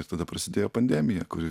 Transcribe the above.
ir tada prasidėjo pandemija kuri